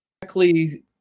directly